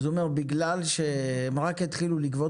אז אומר בגלל שרק התחילו לגבות